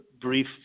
brief